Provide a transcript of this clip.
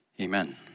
amen